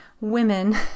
women